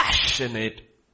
Passionate